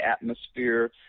atmosphere